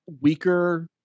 weaker